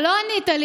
אתה לא ענית לי.